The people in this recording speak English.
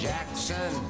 Jackson